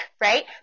right